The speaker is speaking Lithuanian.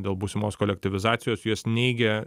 dėl būsimos kolektyvizacijos juos neigė